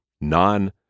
non